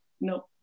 no